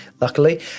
luckily